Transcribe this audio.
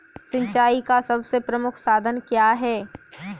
सिंचाई का सबसे प्रमुख साधन क्या है?